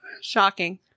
Shocking